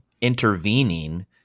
intervening